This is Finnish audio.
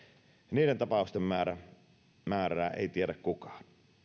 niiden tapausten määrää ei tiedä kukaan